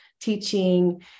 teaching